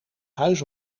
huis